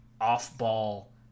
off-ball